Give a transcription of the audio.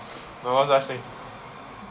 no such thing